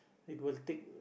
it will take